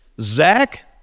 Zach